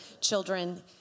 children